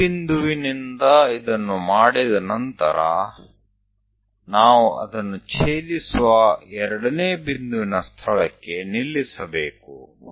D ಬಿಂದುವಿನಿಂದ ಇದನ್ನು ಮಾಡಿದ ನಂತರ ನಾವು ಅದನ್ನು ಛೇದಿಸುವ 2 ನೇ ಬಿಂದುವಿನ ಸ್ಥಳಕ್ಕೆ ನಿಲಿಸಬೇಕು